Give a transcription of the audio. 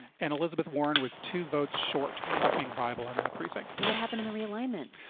and elizabeth warren was two votes short of being viable in that precinct. so what happened in the realignment?